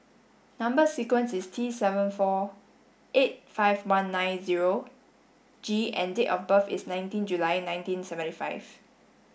number sequence is T seven four eight five one nine zero G and date of birth is nineteen July nineteen seventy five